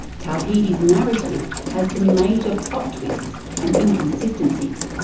tawhidi's narrative has some major plot twists and inconsistencies.